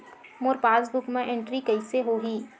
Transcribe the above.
मोर passbook मा entry कइसे होही?